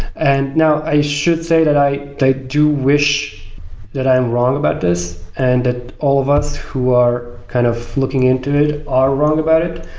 and now i should say that they do wish that i'm wrong about this and that all of us who are kind of looking into it are wrong about it,